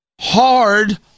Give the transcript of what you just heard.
Hard